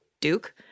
Duke